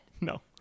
no